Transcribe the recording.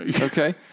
Okay